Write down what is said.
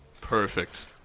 Perfect